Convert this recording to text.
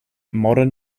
modern